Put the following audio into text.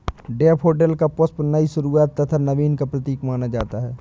daffodil का पुष्प नई शुरुआत तथा नवीन का प्रतीक माना जाता है